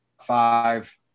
five